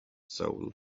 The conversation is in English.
soul